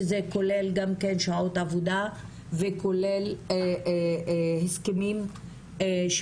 שזה כולל גם כן שעות עבודה וכולל גם הסכמים שמתייחסים